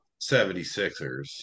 76ers